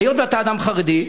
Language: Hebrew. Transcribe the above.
היות שאתה אדם חרדי,